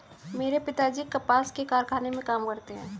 मेरे पिताजी कपास के कारखाने में काम करते हैं